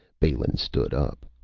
balin stood up.